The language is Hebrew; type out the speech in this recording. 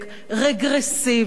רגרסיבי,